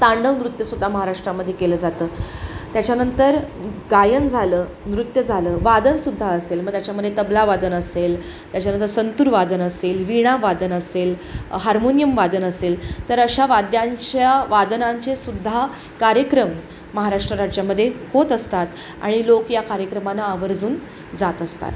तांडव नृत्यसुद्धा महाराष्ट्रामध्ये केलं जातं त्याच्यानंतर गायन झालं नृत्य झालं वादनसुद्धा असेल मग त्याच्यामध्ये तबलावादन असेल त्याच्यानंतर संतूर वादन असेल वीणावादन असेल हार्मोनियम वादन असेल तर अशा वाद्यांच्या वादनांचेसुद्धा कार्यक्रम महाराष्ट्र राज्यामध्ये होत असतात आणि लोक या कार्यक्रमांना आवर्जून जात असतात